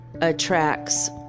attracts